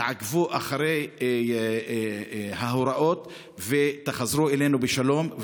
תעקבו אחרי ההוראות ותחזרו אלינו בשלום.